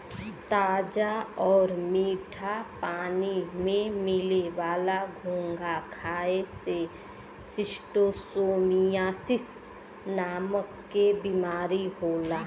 ताजा आउर मीठा पानी में मिले वाला घोंघा खाए से शिस्टोसोमियासिस नाम के बीमारी होला